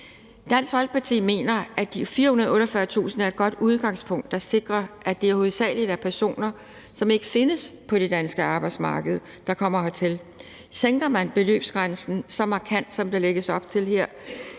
Dansk Folkeparti mener, at de 448.000 kr. er et godt udgangspunkt, der sikrer, at det hovedsagelig er personer, som ikke findes på det danske arbejdsmarked, der kommer hertil. Sænker man beløbsgrænsen så markant, som der lægges op til her,